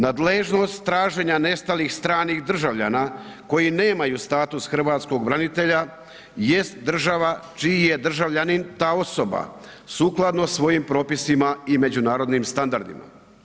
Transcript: Nadležnost traženja nestalih stranih državljana koji nemaju status Hrvatskog branitelja jest država čiji je državljanin ta osoba sukladno svojim propisima i međunarodnim standardima.